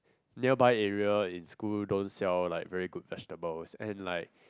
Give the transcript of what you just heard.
nearby area in school don't sell like very good vegetables and like